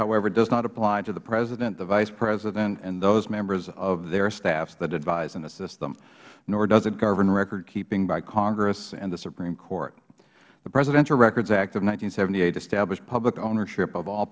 however does not apply to the president the vice president and those members of their staffs that advise and assist them nor does it govern recordkeeping by congress and the supreme court the presidential records act of one thousand nine hundred and seventy eight established public ownership of all